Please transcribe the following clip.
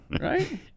Right